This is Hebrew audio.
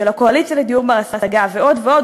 של הקואליציה לדיור בר-השגה ועוד ועוד,